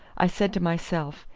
i said to myself,